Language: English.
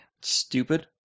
Stupid